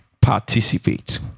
participate